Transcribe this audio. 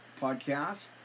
podcast